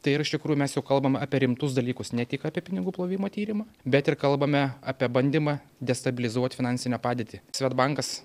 tai ir iš tikrųjų mes kalbam apie rimtus dalykus ne tik apie pinigų plovimo tyrimą bet ir kalbame apie bandymą destabilizuot finansinę padėtį svedbankas